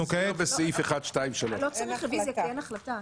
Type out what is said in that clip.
בסעיף 1, 2, 3. לא צריך רביזיה כי אין החלטה.